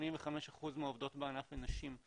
85% מהעובדות בענף הן נשים.